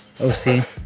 OC